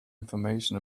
information